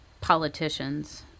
politicians